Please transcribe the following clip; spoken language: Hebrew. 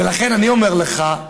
לכן אני אומר לך,